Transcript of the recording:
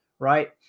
Right